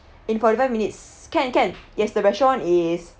in forty five minutes can can yes the restaurant is